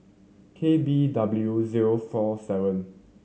K B W zero four seven